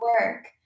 work